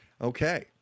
Okay